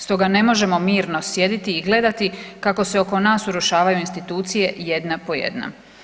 Stoga ne možemo mirno sjediti i gledati kako se oko nas urušavaju institucije jedna po jedna.